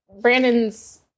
Brandon's